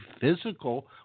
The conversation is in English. physical